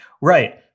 Right